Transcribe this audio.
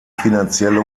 finanzielle